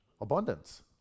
abundance